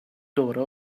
دوباره